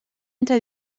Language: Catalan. entre